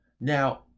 Now